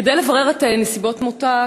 כדי לברר את נסיבות מותה,